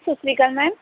Sat Shri Akal ma'am